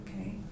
Okay